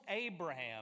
Abraham